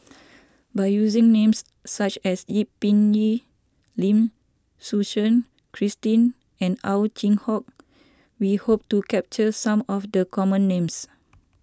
by using names such as Yip Pin Lim Suchen Christine and Ow Chin Hock we hope to capture some of the common names